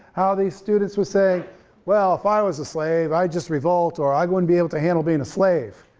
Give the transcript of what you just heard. how these students would say well if i was a slave, i'd just revolt or i wouldn't be able to handle being a slave,